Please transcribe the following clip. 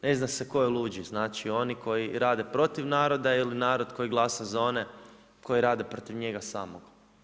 Ne zna se tko je luđi, znači oni koji rade protiv naroda, ili narod koji glasa za one koji rade protiv njega samoga.